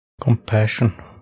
Compassion